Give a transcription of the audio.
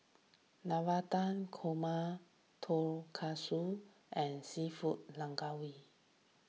Navratan Korma Tonkatsu and Seafood